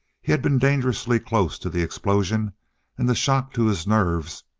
he had been dangerously close to the explosion and the shock to his nerves,